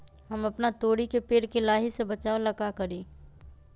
हम अपना तोरी के पेड़ के लाही से बचाव ला का करी?